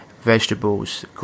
Vegetables